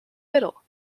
fiddle